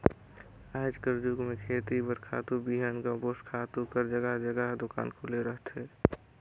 आएज कर जुग में खेती बर खातू, बीहन, कम्पोस्ट खातू कर जगहा जगहा दोकान खुले रहथे